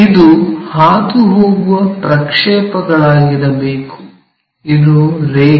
ಇದು ಹಾದುಹೋಗುವ ಪ್ರಕ್ಷೇಪಗಳಾಗಿರಬೇಕು ಇದು ರೇಖೆ